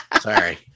Sorry